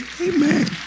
Amen